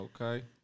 Okay